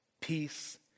peace